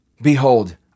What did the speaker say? Behold